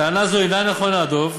טענה זו אינה נכונה, דב.